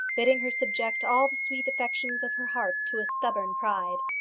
bidding her subject all the sweet affections of her heart to a stubborn pride.